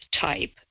type